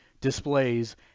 displays